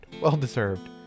Well-deserved